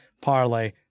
parlay